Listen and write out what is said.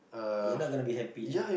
you're not going to be happy ah